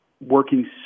working